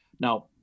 Now